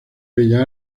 bellas